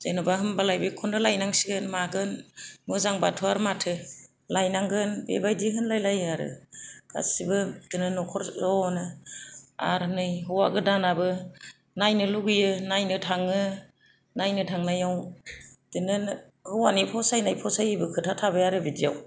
जेनेबा होमबालाय बेखौनो लायनांसिगोन मागोन मोजांबाथ' आरो माथो लायनांगोन बेबादि होनलायलायो आरो गासिबो बिदिनो नखर जनो आरो नै हौवा गोदानाबो नायनो लुगैयो नायनो थाङो नायनो थांनायाव बिदिनो हौवानि फसायनाय फसायि खोथा थाबाय आरो बिदियाव